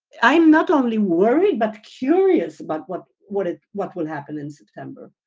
i'm not only worried, but curious about what what ah what will happen in september.